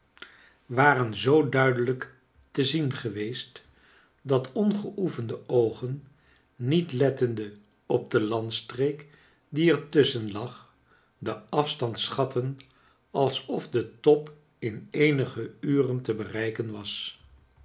waren zoo duidelijk te zien geweest dat ongeoefende oogen niet lettende op de landstreek die er tusschen lag den afstand schatten alsof de top in eenige uren te bereiken was